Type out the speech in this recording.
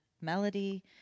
melody